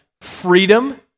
freedom